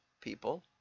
people